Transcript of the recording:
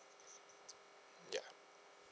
ya